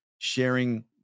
sharing